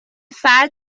فرد